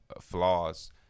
flaws